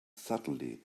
suddenly